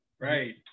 right